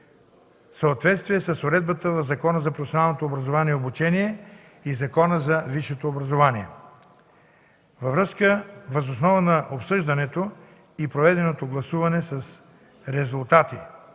съответствие с уредбата в Закона за професионалното образование и обучение и Закона за висшето образование. Въз основа на обсъжданията и проведеното гласуване с резултати: